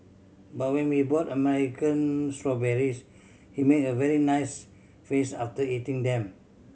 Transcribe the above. but when we bought American strawberries he made a very nice face after eating them